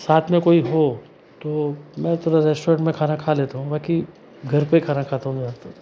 साथ में कोई हो तो मैं थोड़ा रेस्टोरेंट में खाना खा लेता हूँ बाकी घर पे खाना खाता हूँ ज़्यादातर